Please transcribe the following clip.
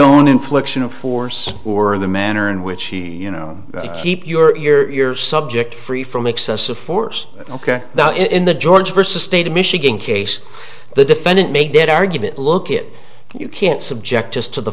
own infliction of force or the manner in which he you know you keep your subject free from excessive force ok now in the georgia versus state of michigan case the defendant make that argument look it you can't subject just to the